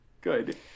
Good